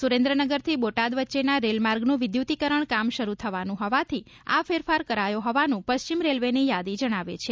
સુરેન્દ્રનગરથી બોટાદ વચ્ચેના રેલમાર્ગનું વિદ્યુતિકરણ કામ શરૂ થવાનું હોવાથી આ ફેરફાર કરાયો હોવાનું પશ્ચિમ રેલવેની યાદી જજ્ઞાવે છે